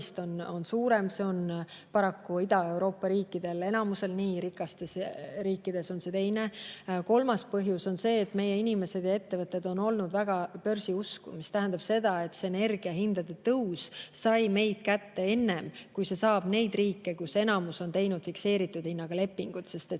on suurem. See on paraku Ida-Euroopa riikidest enamusel nii, rikastes riikides on see teisiti. Kolmas põhjus on see, et meie inimesed ja ettevõtted on olnud väga börsiusku, mis tähendab seda, et energiahindade tõus sai meid kätte enne kui neid riike, kus enamus on teinud fikseeritud hinnaga lepingud, see